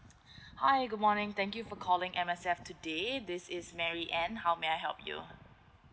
hi good morning thank you for calling M_S_F today this is mary and how may I help you